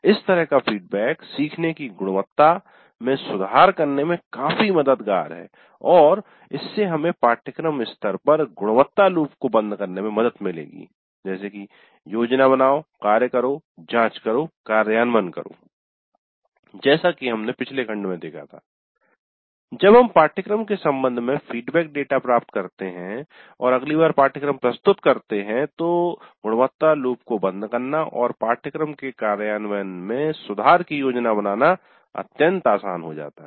इस तरह का फीडबैक सीखने की गुणवत्ता में सुधार करने में काफी मददगार है और इससे हमें पाठ्यक्रम स्तर पर गुणवत्ता लूप को बंद करने में मदद मिलेगी - "योजना बनाओ कार्य करो जांच करो कार्यान्वयन करो जैसा कि हमने पिछले खंड में देखा था जब हम पाठ्यक्रम के संबंध में फीडबैक डेटा प्राप्त करते है और अगली बार पाठ्यक्रम प्रस्तुत करते है तो गुणवत्ता लूप को बंद करना और पाठ्यक्रम के कार्यान्वयन में सुधार की योजना बनाना अत्यंत आसान होता है